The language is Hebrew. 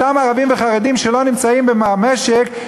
אותם ערבים וחרדים שלא נמצאים במשק,